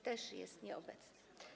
Też jest nieobecny.